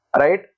right